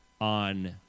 on